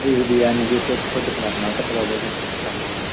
ꯑꯩꯕꯨꯗꯤ ꯌꯥꯅꯤ ꯑꯗꯨ ꯑꯇꯣꯞꯄ ꯈꯣꯏꯗꯤ ꯀꯅꯥ ꯀꯅꯥ ꯆꯠꯀꯗꯕ꯭ꯔ ꯑꯗꯨꯃꯁꯨ ꯍꯪꯉꯣꯗꯅ